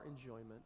enjoyment